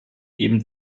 eben